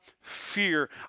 fear